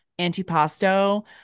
antipasto